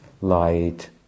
light